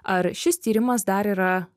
ar šis tyrimas dar yra